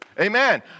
Amen